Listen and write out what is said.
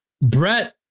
Brett